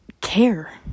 care